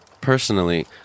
Personally